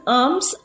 arms